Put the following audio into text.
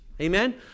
Amen